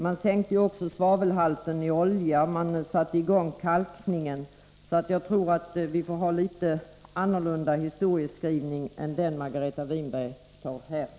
Man sänkte också svavelhalten i oljan, och man satte i gång kalkningen. Jag tror därför att man bör åstadkomma en annan historieskrivning än den Margareta Winberg här gjorde.